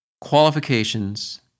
qualifications